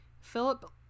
Philip